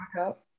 up